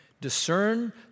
discern